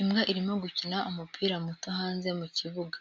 Imbwa irimo gukina umupira muto hanze mu kibuga,